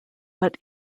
but